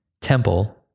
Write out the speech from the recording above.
temple